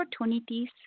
opportunities